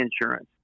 insurance